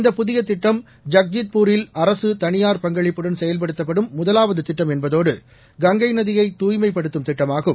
இந்த புதிய திட்டம் ஜக்ஜீத்பூரில் அரசு தனியார் பங்களிப்புடன் செயல்படுத்தப்படும் முதலாவது திட்டம் என்பதோடு கங்கை நதியை தாய்மைப்படுத்தும் ஆகும்